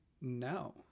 No